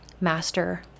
master